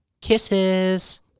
Kisses